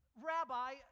Rabbi